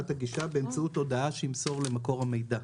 הגישה באמצעות הודעה שימסור למקור המידע".